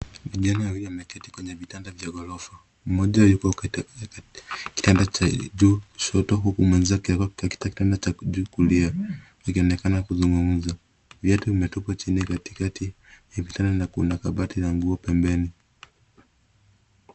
Vijana wawili wameketi kwenye vitanda vya ghorofa. Mmoja yuko katika kianda cha juu kushoto, huku mwenzake katika kianda cha juu kulia, wakionekana kuzungumza. Viatu vimetupwa chini katikati ya vitanda. Kuna kabati la nguo pembeni.